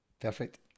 perfect